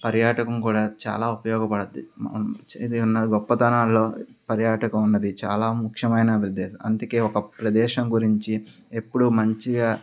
పర్యాటకం కూడా చాలా ఉపయోగపడుతుంది ఇది ఉన్న గొప్పతనాల్లో పర్యాటకం ఉన్నది చాలా ముఖ్యమైన విద్దేశ అందుకే ఒక ప్రదేశం గురించి ఎప్పుడూ మంచిగా